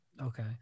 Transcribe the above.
okay